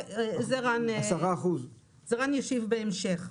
על זה רן ישיב בהמשך.